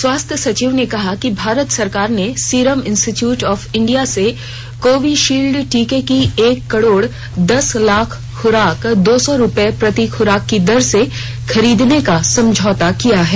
स्वास्थ्य सचिव ने कहा कि भारत सरकार ने सीरम इंस्टीट्यूट ऑफ इंडिया से कोविशिल्ड टीके की एक करोड़ दस लाख खुराक दो सौ रुपये प्रति खुराक की दर से खरीदने का समझौता किया है